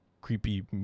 creepy